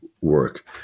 work